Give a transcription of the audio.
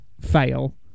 fail